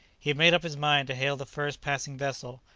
he had made up his mind to hail the first passing vessel,